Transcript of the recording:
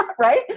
right